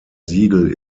siegel